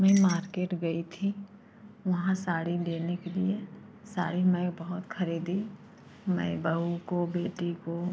मैं मार्केट गई थी वहाँ साड़ी लेने के लिए साड़ी मैं बहुत खरीदी मैं बहू को बेटी को